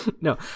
No